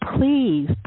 please